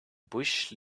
bush